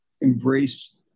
embrace